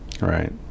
right